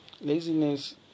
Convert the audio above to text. laziness